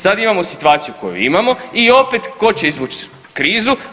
Sad imamo situaciju koju imamo i opet, tko će izvući krizu?